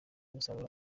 umusaruro